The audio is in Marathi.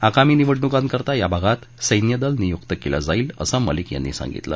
आगामी निवडणुकांकरता या भागात सैन्यदल नियुक्त केलं जाईल असं मलिक यांनी सांगितलं